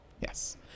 Yes